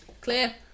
Clear